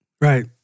Right